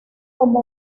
como